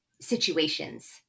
situations